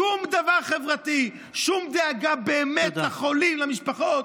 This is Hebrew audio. שום דבר חברתי, שום דאגה באמת לחולים, למשפחות.